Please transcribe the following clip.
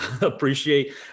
Appreciate